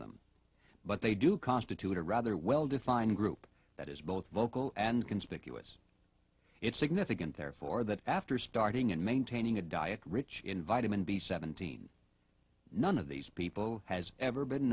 them but they do constitute a rather well defined group that is both vocal and conspicuous it's significant therefore that after starting and maintaining a diet rich in vitamin b seventeen none of these people has ever been